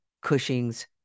Cushing's